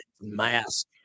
mask